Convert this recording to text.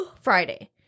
Friday